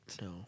No